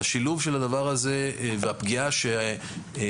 השילוב של הדבר הזה והפגיעה שנוצרה